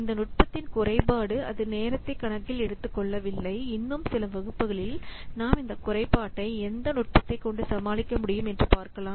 இந்த நுட்பத்தின் குறைபாடு அது நேரத்தை கணக்கில் எடுத்துக் கொள்ளவில்லை இன்னும் சில வகுப்புகளில் நாம் இந்த குறைபாட்டை எந்த நுட்பத்தைக் கொண்டு சமாளிக்க முடியும் என்று பார்க்கலாம்